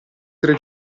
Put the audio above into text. tre